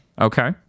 Okay